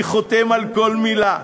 אני חותם על כל מילה,